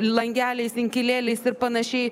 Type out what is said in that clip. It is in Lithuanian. langeliais inkilėliais ir panašiai